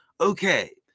Okay